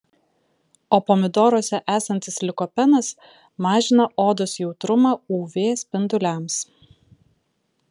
o pomidoruose esantis likopenas mažina odos jautrumą uv spinduliams